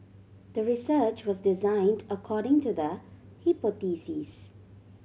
the research was designed according to the hypothesis